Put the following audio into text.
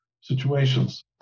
situations